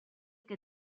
que